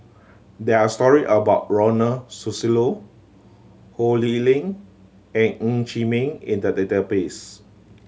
there are story about Ronald Susilo Ho Lee Ling and Ng Chee Meng in the database